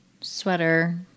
sweater